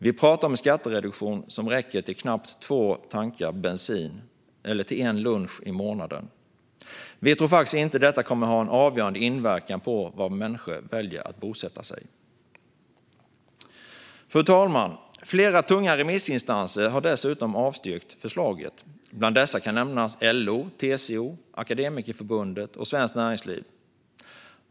Det är en skattereduktion som räcker till knappt två tankar bensin eller en lunch i månaden under ett år. Vi tror inte att detta kommer att få avgörande inverkan på var människor väljer att bosätta sig. Fru talman! Flera tunga remissinstanser har dessutom avstyrkt förslaget. Bland dessa kan nämnas LO, TCO, Akademikerförbundet och Svenskt Näringsliv.